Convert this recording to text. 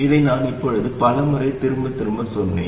இதை நான் இப்போது பலமுறை திரும்பத் திரும்பச் சொன்னேன்